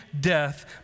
death